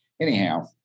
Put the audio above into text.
Anyhow